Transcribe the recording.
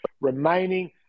remaining